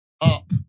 up